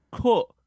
cut